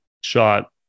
shot